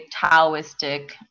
Taoistic